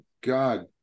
God